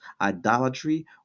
idolatry